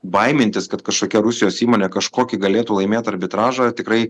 baimintis kad kažkokia rusijos įmonė kažkokį galėtų laimėt arbitražą tikrai